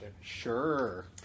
Sure